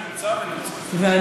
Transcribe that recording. אני אמרתי שנמצא, ונמצא.